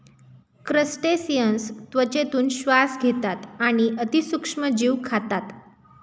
crustaceans त्वचेतून श्वास घेतात आणि अतिशय सूक्ष्म जीव खातात